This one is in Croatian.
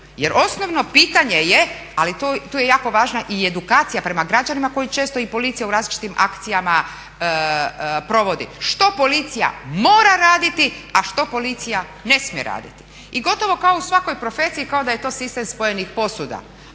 jer osnovno pitanje je, ali tu je jako važna i edukacija prema građanima koje često i policija u različitim akcijama provodi, što policija mora raditi, a što policija ne smije raditi. I gotovo kao u svakoj profesiji kao da je to sistem spojenih posuda,